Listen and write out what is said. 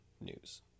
news